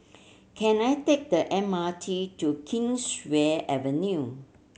can I take the M R T to Kingswear Avenue